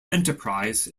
enterprise